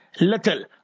little